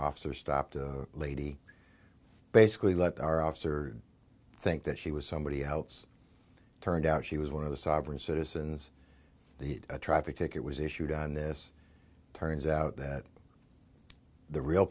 officers stopped a lady basically let our officer think that she was somebody else turned out she was one of the sovereign citizens the traffic ticket was issued on this turns out that the real